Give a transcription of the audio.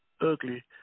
ugly